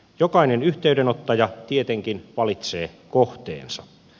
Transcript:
jokainen yhteydenottaja tietenkin valitsee kohteensa